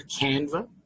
Canva